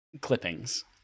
clippings